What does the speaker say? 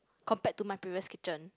compared to my previous kitchen